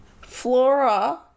Flora